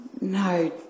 No